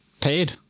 paid